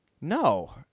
No